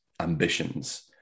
ambitions